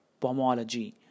pomology